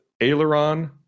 aileron